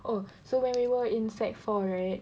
oh so when we were in sec four right